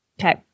Okay